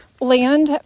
land